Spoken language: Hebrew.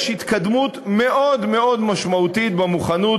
יש התקדמות מאוד מאוד משמעותית במוכנות